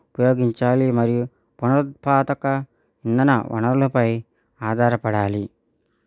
ఉపయోగించాలి మరియు పునరుత్పాదక ఇంధన వనరులపై ఆధారపడాలి